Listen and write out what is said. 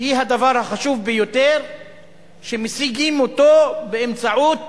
היא הדבר החשוב ביותר שמשיגים באמצעות